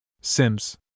Sims